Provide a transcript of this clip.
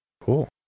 Cool